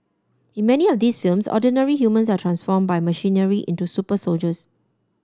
in many of these films ordinary humans are transform by machinery into super soldiers